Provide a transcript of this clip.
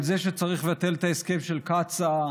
על זה שצריך לבטל את ההסכם של קצא"א,